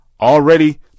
already